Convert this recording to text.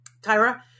Tyra